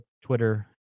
Twitter